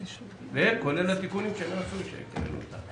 ויש וכולל התיקונים שהקראנו אותם.